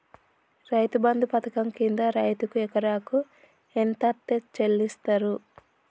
రైతు బంధు పథకం కింద రైతుకు ఎకరాకు ఎంత అత్తే చెల్లిస్తరు?